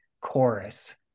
chorus